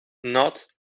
not